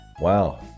wow